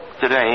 today